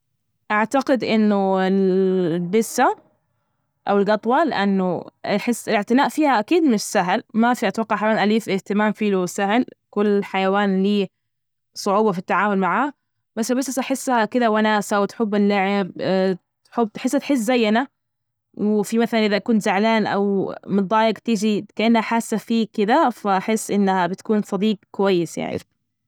أعتقد إنه ال- البسه أو الجطوة، لأنه بحس الاعتناء فيها، أكيد مش سهل، ما في أتوقع حيوان أليف، الاهتمام في له سهل، كل حيوان ليه صعوبة في التعامل معاه، بس البسس أحسها كده وناسة وتحب اللعب تحب تحسها- تحس زينا وفي مثلا إذا كنت زعلان أو مضايج تيجي كأنها حاسة فيك كده فأحس إنها بتكون صديق كويس يعني.